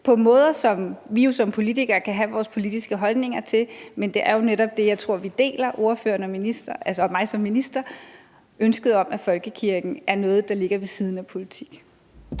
på måder, som vi jo som politikere kan have vores politiske holdninger til. Men det er jo netop det, jeg tror vi deler, altså ordføreren og mig som minister, nemlig ønsket om, at folkekirken er noget, der ligger ved siden af politik.